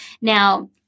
Now